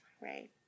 right